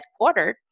headquartered